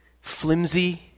flimsy